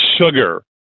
sugar